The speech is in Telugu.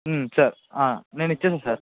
సార్ నేను ఇచ్చేసాను సార్